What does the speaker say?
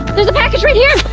there's a package right here.